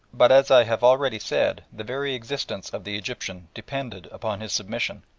but as i have already said, the very existence of the egyptian depended upon his submission.